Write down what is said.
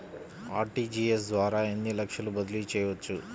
RTGS ద్వారా ఎన్ని లక్షలు బదిలీ చేయవచ్చు?